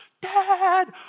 Dad